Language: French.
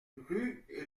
rue